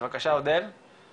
קרן רוט איטח נמצאת